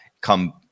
come